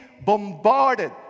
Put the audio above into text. bombarded